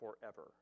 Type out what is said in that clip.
forever